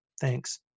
thanks